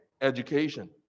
education